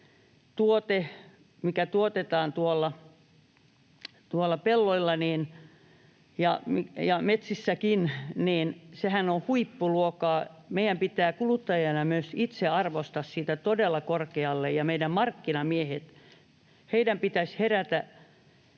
tuotehan, mikä tuotetaan tuolla pelloilla ja metsissäkin, on huippuluokkaa. Meidän pitää kuluttajina myös itse arvostaa sitä todella korkealle, ja meidän markkinamiesten pitäisi herätä.